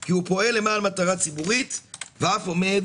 כי הוא פועל למען מטרה ציבורית ואף עומד